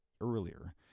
earlier